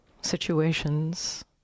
situations